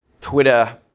Twitter